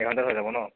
এঘণ্টাত হৈ যাব ন